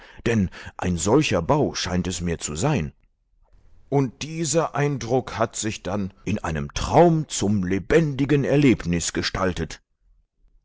denn ein solcher bau scheint es mir zu sein und dieser eindruck hat sich dann in einem traum zum lebendigen erlebnis gestaltet